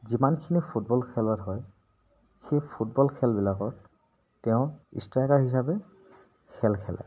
যিমানখিনি ফুটবল খেল হয় সেই ফুটবল খেলবিলাকত তেওঁ ষ্ট্ৰাইকাৰ হিচাপে খেল খেলে